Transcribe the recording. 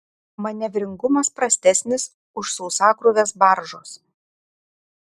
manevringumas prastesnis už sausakrūvės baržos